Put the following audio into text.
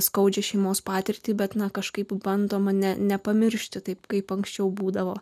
skaudžią šeimos patirtį bet kažkaip bandoma ne nepamiršti taip kaip anksčiau būdavo